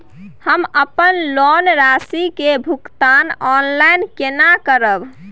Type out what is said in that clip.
हम अपन लोन राशि के भुगतान ऑनलाइन केने करब?